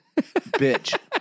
bitch